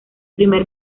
primer